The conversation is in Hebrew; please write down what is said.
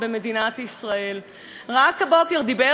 רק הבוקר דיבר ראש הממשלה בוועדה לביקורת